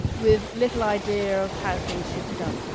with little idea of how things should be done.